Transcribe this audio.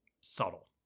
subtle